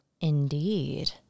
Indeed